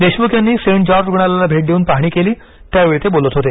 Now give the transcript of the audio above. देशमुख यांनी saint George रुग्णालयाला भेट देऊन पाहणी केली त्यावेळी ते बोलत होते